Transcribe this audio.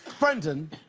brendan,